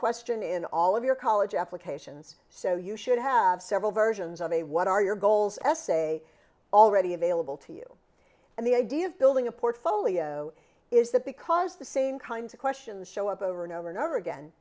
question in all of your college applications so you should have several versions of a what are your goals essay already available to you and the idea of building a portfolio is that because the same kinds of questions show up over and over and over again